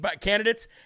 candidates